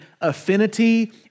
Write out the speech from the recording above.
affinity